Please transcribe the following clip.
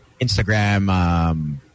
Instagram